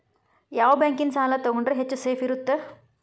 ಯಾವ ಬ್ಯಾಂಕಿನ ಸಾಲ ತಗೊಂಡ್ರೆ ಹೆಚ್ಚು ಸೇಫ್ ಇರುತ್ತಾ?